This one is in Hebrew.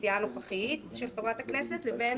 הסיעה הנוכחית של חברת הכנסת לבין